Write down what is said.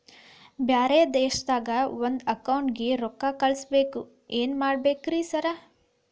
ಬ್ಯಾರೆ ದೇಶದಾಗ ಒಂದ್ ಅಕೌಂಟ್ ಗೆ ರೊಕ್ಕಾ ಕಳ್ಸ್ ಬೇಕು ಏನ್ ಮಾಡ್ಬೇಕ್ರಿ ಸರ್?